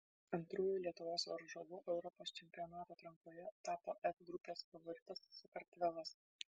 antruoju lietuvos varžovu europos čempionato atrankoje tapo f grupės favoritas sakartvelas